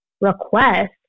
request